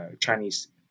Chinese